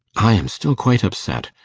i am still quite upset.